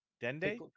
Dende